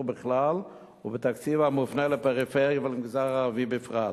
בכלל ובתקציב המופנה לפריפריה ולמגזר הערבי בפרט.